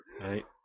Right